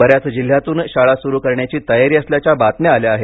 बर्याच जिल्ह्यातून शाळा सुरू करण्याची तयारी असल्याच्या बातम्या आल्या आहेत